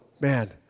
man